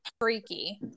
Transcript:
Freaky